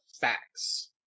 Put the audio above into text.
facts